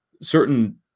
certain